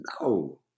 no